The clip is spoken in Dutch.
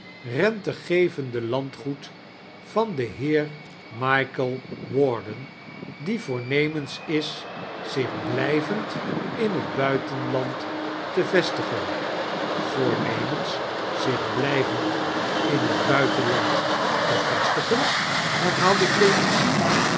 rentegevende landgoed van den beer michael warden die voornemens is zich blijvend in het buitenland te vestigen voornemens zich blijvend in het buiteinland te vestigen harhaalde clemency